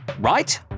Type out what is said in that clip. right